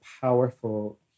powerful